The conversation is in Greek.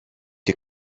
και